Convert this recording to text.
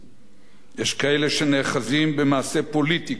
יש כאלה שנאחזים במעשה פוליטי כזה או אחר: